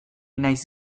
nahiz